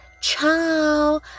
Ciao